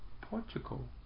Portugal